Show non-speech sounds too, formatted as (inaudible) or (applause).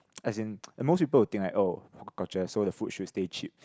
as in (noise) most people will think like oh hawker culture so the food should stay cheap